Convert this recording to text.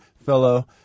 fellow